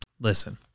Listen